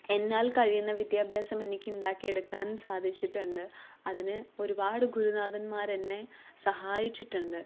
എന്നാൽ കഴിയുന്ന വിദ്യാഭ്യാസം എനിക്ക് ഉണ്ടാക്കിയെടുക്കാൻ സാധിച്ചിട്ടുണ്ട് അതിനു ഒരുപാട് ഗുരുനാഥന്മാരെന്നെ സഹായിച്ചിട്ടുണ്ട്